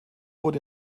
wurde